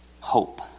Hope